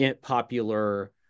popular